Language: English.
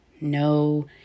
no